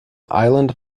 island